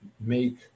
make